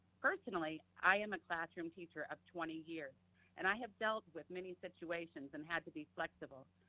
personally, i am a classroom teacher of twenty years and i have dealt with many situations and had to be flexible,